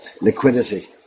liquidity